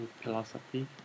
philosophy